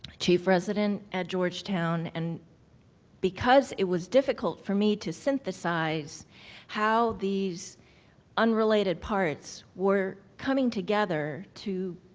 chief resident at georgetown, and because it was difficult for me to synthesize how these unrelated parts were coming together to